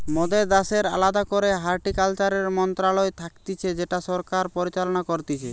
মোদের দ্যাশের আলদা করেই হর্টিকালচারের মন্ত্রণালয় থাকতিছে যেটা সরকার পরিচালনা করতিছে